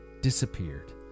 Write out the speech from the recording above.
disappeared